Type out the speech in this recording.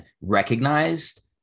recognized